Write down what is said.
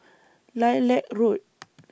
Lilac Road